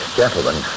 gentlemen